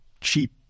cheap